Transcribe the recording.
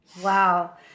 Wow